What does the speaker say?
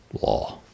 law